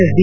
SD